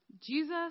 Jesus